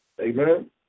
Amen